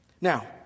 Now